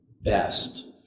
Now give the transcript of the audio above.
best